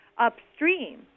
upstream